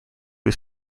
was